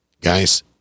Guys